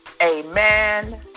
amen